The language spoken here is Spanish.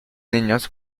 niños